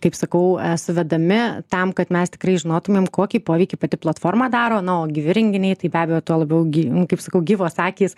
kaip sakau suvedami tam kad mes tikrai žinotumėm kokį poveikį pati platforma daro na o gyvi renginiai tai be abejo tuo labiau gi kaip sakau gyvos akys